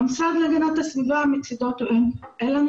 והמשרד להגנת הסביבה מצידו טוען שאין לו